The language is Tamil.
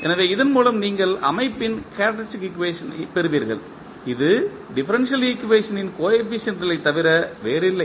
எனவே இதன் மூலம் நீங்கள் அமைப்பின் கேரக்டரிஸ்டிக் ஈக்குவேஷன் ஐ பெறுவீர்கள் இது டிஃபரன்ஷியல் ஈக்குவேஷனின் கோஎபிசியன்ட்ங்களைத் தவிர வேறில்லை